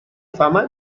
fama